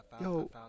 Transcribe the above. Yo